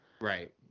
right